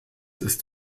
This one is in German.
ist